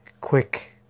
quick